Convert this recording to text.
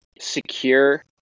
secure